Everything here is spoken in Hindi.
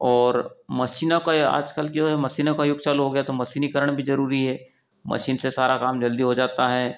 और मशीनों का ये आजकल जो है मसीनों का युग चालू हो गया तो मसीनीकरण भी जरूरी है मशीन से सारा काम जल्दी हो जाता है